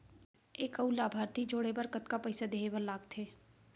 एक अऊ लाभार्थी जोड़े बर कतका पइसा देहे बर लागथे?